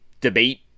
debate